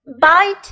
bite